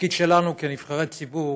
התפקיד שלנו כנבחרי ציבור